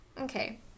Okay